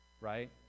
Right